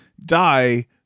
die